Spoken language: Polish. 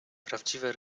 prawdziwe